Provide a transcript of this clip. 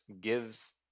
gives